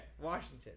Washington